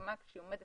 בהסכמה שהיא עומדת